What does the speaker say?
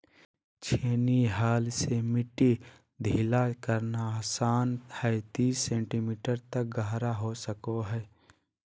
छेनी हल से मिट्टी ढीला करना आसान हइ तीस सेंटीमीटर तक गहरा हो सको हइ